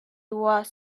was